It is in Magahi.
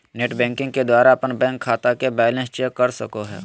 नेट बैंकिंग के द्वारा अपन बैंक खाता के बैलेंस चेक कर सको हो